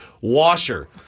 washer